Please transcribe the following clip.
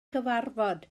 cyfarfod